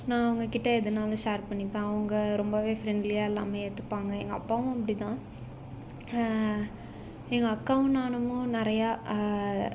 நான் அவங்கக்கிட்ட எதனாலும் ஷேர் பண்ணிப்பேன் அவங்க ரொம்பவே ஃப்ரெண்ட்லியாக எல்லாமே ஏற்றுப்பாங்க எங்கள் அப்பாவும் அப்படி தான் எங்கள் அக்காவும் நானுமும் நிறையா